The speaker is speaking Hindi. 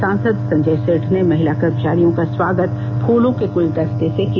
सांसद संजय सेठ ने महिला कर्मचारियों का स्वागत फूलों के गुलदस्ते से किया